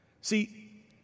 See